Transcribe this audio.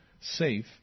safe